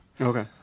Okay